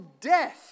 death